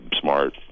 smart